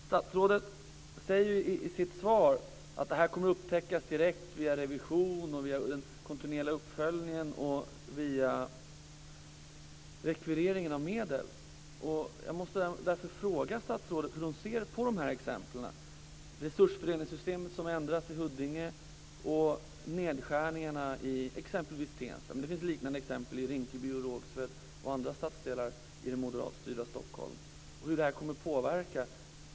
Statsrådet säger i sitt svar att det här kommer att upptäckas direkt via revision och via den kontinuerliga uppföljningen och rekvireringen av medel. Jag måste därför fråga hur statsrådet ser på de här exemplen. Det gäller alltså resusfördelningssystemet, som ändras i Huddinge och nedskärningarna i exempelvis Tensta. Liknande exempel finns i Rinkeby, Stockholm. Hur kommer detta att påverka?